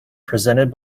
presented